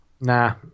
Nah